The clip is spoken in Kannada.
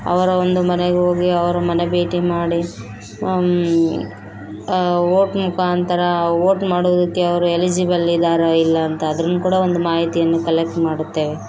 ಅವರ ಒಂದು ಮನೆಗೆ ಹೋಗಿ ಅವರ ಮನೆ ಭೇಟಿ ಮಾಡಿ ವೋಟ್ನಪ್ಪ ಅಂತಾರ ವೋಟ್ ಮಾಡೋದಕ್ಕೆ ಅವರು ಎಲಿಜಿಬಲ್ ಇದಾರ ಇಲ್ಲಾಂತ ಆದರೂ ಕೂಡ ಒಂದು ಮಾಹಿತಿಯನ್ನು ಕಲೆಕ್ಟ್ ಮಾಡುತ್ತೇವೆ